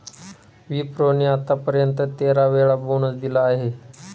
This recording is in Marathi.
विप्रो ने आत्तापर्यंत तेरा वेळा बोनस दिला आहे